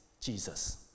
Jesus